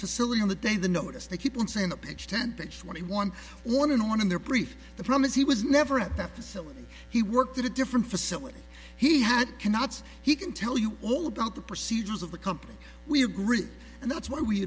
facility on the day the notice they keep on saying the extent that when he won one and one in their brief the promise he was never at that facility he worked at a different facility he had cannot he can tell you all about the procedures of the company we agree and that's why we